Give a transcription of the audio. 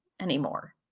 Anymore